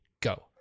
Go